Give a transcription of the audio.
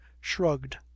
shrugged